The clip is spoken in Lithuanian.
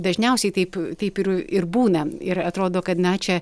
dažniausiai taip taip ir ir būna ir atrodo kad na čia